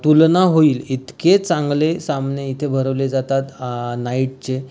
तुलना होईल इतके चांगले सामने इथे भरवले जातात नाइटचे